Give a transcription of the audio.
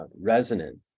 resonant